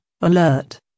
alert